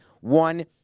One